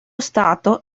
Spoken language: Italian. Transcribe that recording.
stato